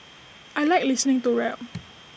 I Like listening to real